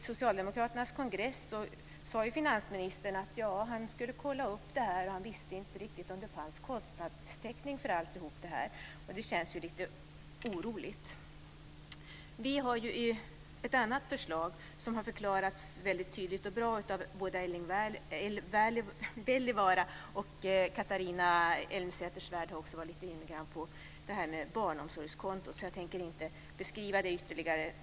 På Socialdemokraternas kongress sade finansministern att han skulle kolla upp det här. Han visste inte riktigt om det fanns en kostnadstäckning för allt detta. Det känns lite oroligt. Vi har ett annat förslag, som tydligt och bra förklarats av Erling Wälivaara. Catharina Elmsäter Svärd var också lite grann inne på detta med barnomsorgskonto. Därför tänker jag inte ytterligare beskriva det.